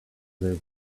liv